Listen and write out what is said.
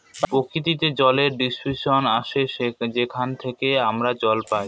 প্রকৃতিতে জলের ডিস্ট্রিবিউশন আসে যেখান থেকে আমরা জল পাই